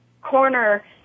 corner